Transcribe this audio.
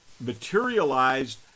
materialized